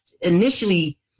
Initially